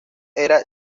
era